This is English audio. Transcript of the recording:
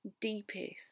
deepest